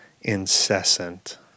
incessant